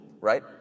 Right